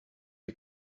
you